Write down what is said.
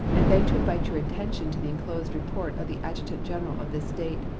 and beg to invite your attention to the inclosed report of the adjutant-general of this date,